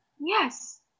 Yes